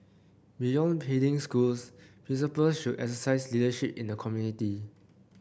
beyond schools principal should exercise leadership in the community